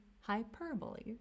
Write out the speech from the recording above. hyperbole